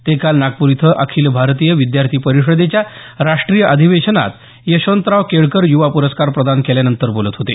ते काल नागपूर इथं अखिल भारतीय विद्यार्थी परिषदेच्या राष्ट्रीय अधिवेशनात यशवंतराव केळकर युवा प्रस्कार प्रदान केल्यानंतर बोलत होते